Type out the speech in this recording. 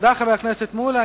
תודה רבה, חבר הכנסת מולה.